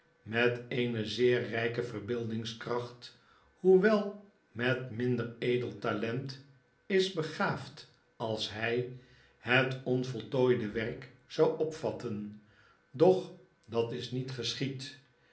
met eene zeer rpe verbeeldingskracht hoewel met minder edel talent is begaafd als hjj het onvoltooide werk zou opvatten doch dat is niet gjeschied